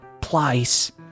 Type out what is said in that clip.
place